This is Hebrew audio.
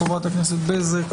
חברת הכנסת בזק,